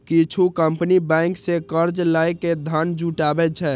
किछु company bank सं कर्ज लए के धन जुटाबै छै